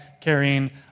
carrying